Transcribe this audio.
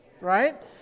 right